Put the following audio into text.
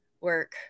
work